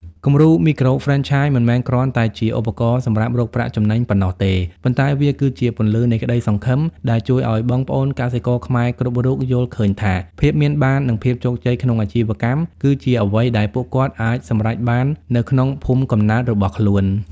គំរូមីក្រូហ្វ្រេនឆាយមិនមែនគ្រាន់តែជាឧបករណ៍សម្រាប់រកប្រាក់ចំណេញប៉ុណ្ណោះទេ ប៉ុន្តែវាគឺជា "ពន្លឺនៃក្តីសង្ឃឹម" ដែលជួយឱ្យបងប្អូនកសិករខ្មែរគ្រប់រូបយល់ឃើញថា ភាពមានបាន និងភាពជោគជ័យក្នុងអាជីវកម្ម គឺជាអ្វីដែលពួកគាត់អាចសម្រេចបាននៅក្នុងភូមិកំណើតរបស់ខ្លួន។